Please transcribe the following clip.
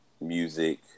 music